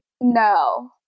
No